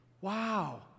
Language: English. wow